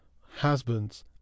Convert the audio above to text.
husbands